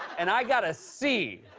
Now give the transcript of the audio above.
and i got a c.